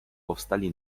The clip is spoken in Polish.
powstali